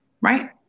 right